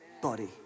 body